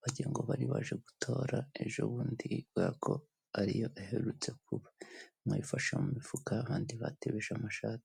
wagira ngo bari baje gutora ejo bundi kubera ko ari yo aherutse kuba. Bamwe bifashe mu mifuka, abandi batebeje amashati.